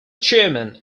chairman